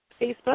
Facebook